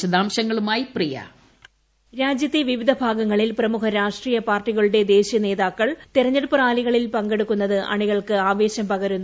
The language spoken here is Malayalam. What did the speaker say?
വിശദാംശങ്ങളുമായി പ്രിയം ഹോൾഡ് വോയിസ് രാജ്യത്തെ വിവിധ ഭാഗങ്ങളിൽ പ്രമുഖ രാഷ്ട്രീയ പാർട്ടികളുടെ ദേശീയ നേതാക്കൾ തിരഞ്ഞെടുപ്പ് റാലികളിൽ പങ്കെടുക്കുന്നത് അണികൾക്ക് ആവേശം പകരുന്നു